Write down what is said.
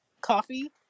coffee